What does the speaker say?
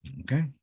Okay